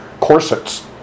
corsets